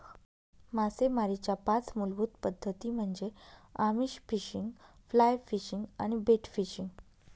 मासेमारीच्या पाच मूलभूत पद्धती म्हणजे आमिष फिशिंग, फ्लाय फिशिंग आणि बेट फिशिंग